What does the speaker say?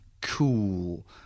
cool